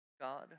God